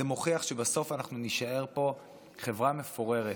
זה מוכיח שבסוף אנחנו נישאר פה חברה מפוררת.